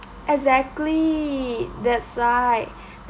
exactly that's right